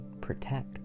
protect